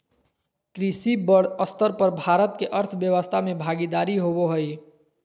कृषि बड़ स्तर पर भारत के अर्थव्यवस्था में भागीदारी होबो हइ